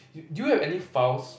do you have any files